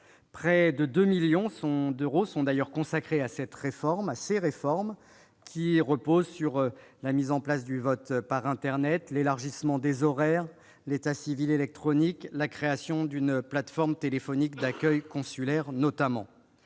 Près de 2 millions d'euros sont consacrés à ces réformes, qui reposent notamment sur la mise en place du vote par internet, l'élargissement des horaires, l'état civil électronique et la création d'une plateforme téléphonique d'accueil consulaire. Cette